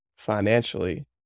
financially